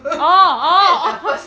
orh orh orh [ho]